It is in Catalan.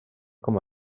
com